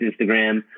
Instagram